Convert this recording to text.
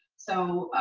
so,